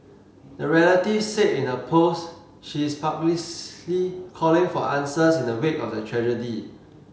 the relative said in her post she is publicly calling for answers in the wake of the tragedy